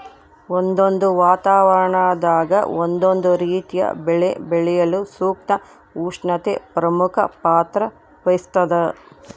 ಒಂದೊಂದು ವಾತಾವರಣದಾಗ ಒಂದೊಂದು ರೀತಿಯ ಬೆಳೆ ಬೆಳೆಯಲು ಸೂಕ್ತ ಉಷ್ಣತೆ ಪ್ರಮುಖ ಪಾತ್ರ ವಹಿಸ್ತಾದ